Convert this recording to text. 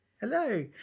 Hello